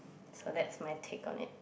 so that's my take on it